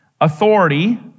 authority